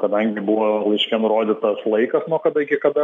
kadangi buvo laiške rodytas laikas nuo kada iki kada